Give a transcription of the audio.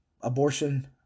Abortion